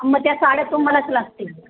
मग त्या साड्या तुम्हालाच लागतील